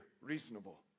reasonable